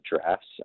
drafts